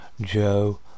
Joe